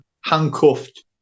handcuffed